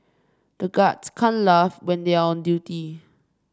the guards can't laugh when they are on duty